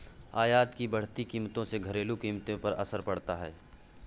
आयात की बढ़ती कीमतों से घरेलू कीमतों पर असर पड़ता है